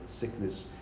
sickness